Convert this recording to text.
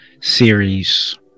series